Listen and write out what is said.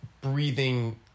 breathing